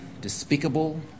despicable